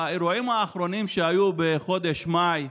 באירועים האחרונים שהיו בחודש מאי,